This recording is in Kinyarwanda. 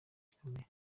gikomeye